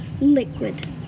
liquid